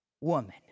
woman